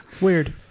Weird